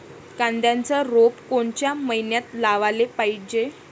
कांद्याचं रोप कोनच्या मइन्यात लावाले पायजे?